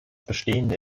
bestehende